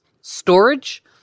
storage